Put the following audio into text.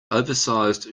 oversized